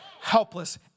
helpless